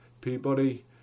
Peabody